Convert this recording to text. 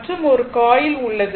மற்றும் ஒரு காயில் உள்ளது